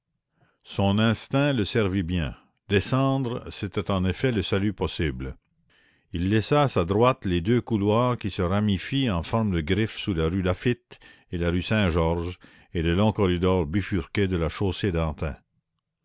son instinct le servit bien descendre c'était en effet le salut possible il laissa à sa droite les deux couloirs qui se ramifient en forme de griffe sous la rue laffitte et la rue saint-georges et le long corridor bifurqué de la chaussée d'antin